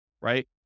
right